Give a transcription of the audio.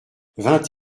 vingt